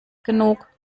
genug